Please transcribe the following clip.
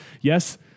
Yes